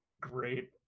great